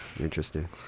Interesting